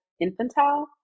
Infantile